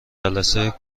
جلسه